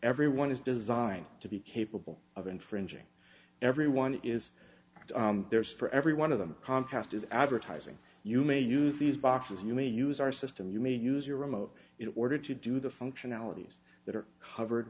everyone is designed to be capable of infringing everyone is theirs for every one of them comcast is advertising you may use these boxes you may use our system you may use your remote it or did you do the functionalities that are covered